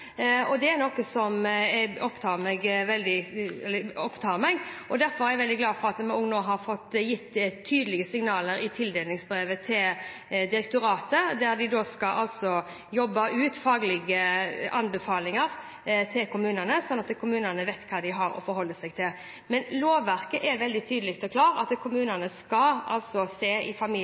og det er noe som opptar meg. Derfor er jeg veldig glad for at vi nå har gitt tydelige signaler i tildelingsbrevet til direktoratet om at de skal jobbe fram faglige anbefalinger til kommunene, slik at kommunene vet hva de har å forholde seg til. Men lovverket er veldig tydelig og klart, at kommunene skal se i